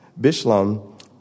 Bishlam